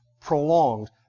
prolonged